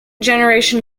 generation